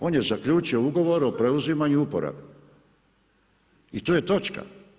On je zaključio ugovor o preuzimanju uporabe i tu je točka.